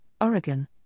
Oregon